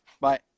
Bye